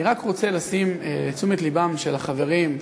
אני רק רוצה להביא לתשומת לבם של החברים,